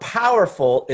powerful